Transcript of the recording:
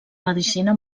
medicina